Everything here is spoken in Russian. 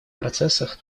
процессах